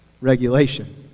regulation